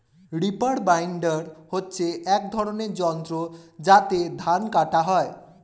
reaper binder হচ্ছে এক ধরনের যন্ত্র যাতে ধান কাটা হয়